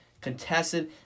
contested